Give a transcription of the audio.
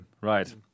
right